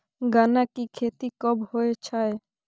गन्ना की खेती कब होय छै?